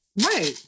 Right